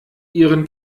ihren